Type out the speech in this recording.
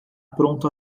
pronto